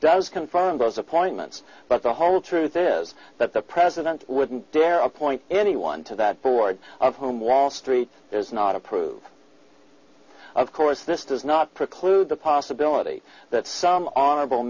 does confirm those appointments but the whole truth is that the president wouldn't dare appoint anyone to that board of whom wall street is not approved of course this does not preclude the possibility that some honorable